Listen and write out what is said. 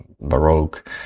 baroque